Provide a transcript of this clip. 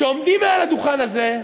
שעומדים מעל הדוכן הזה,